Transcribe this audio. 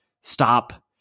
Stop